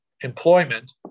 employment